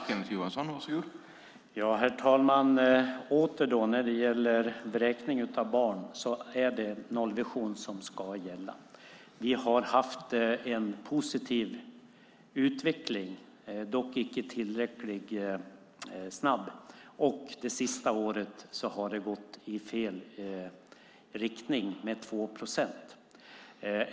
Herr talman! När det gäller vräkning av barn ska nollvisionen gälla. Vi har haft en positiv utveckling, dock inte tillräckligt snabb. Det senaste året har det gått i fel riktning med 2 procent.